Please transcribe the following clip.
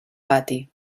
pati